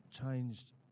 changed